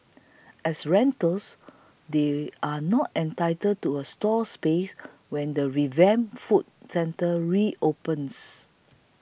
as renters they are not entitled to a stall space when the revamped food centre reopens